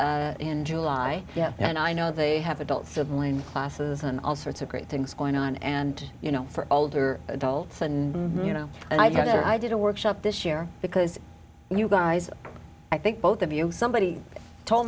in july yeah and i know they have adult siblings classes and all sorts of great things going on and you know for older adults and you know i think that i did a workshop this year because you guys i think both of you somebody told